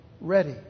ready